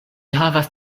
havas